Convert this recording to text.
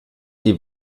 die